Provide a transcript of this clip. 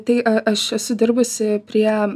tai a aš esu dirbusi prie